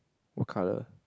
what colour